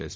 S